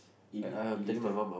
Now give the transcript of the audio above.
eat eat later